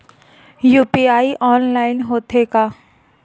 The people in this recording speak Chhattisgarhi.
यू.पी.आई ऑनलाइन होथे का?